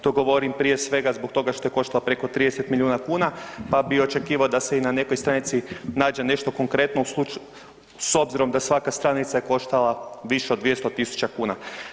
To govorim prije svega zbog toga što je koštala preko 30 milijuna kuna, pa bi očekivao da se i na nekoj stranici nađe nešto konkretno s obzirom da svaka stranica je koštala više od 200.000 kuna.